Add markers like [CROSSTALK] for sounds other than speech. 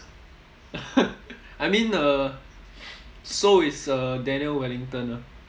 [LAUGHS] I mean uh so is a daniel wellington ah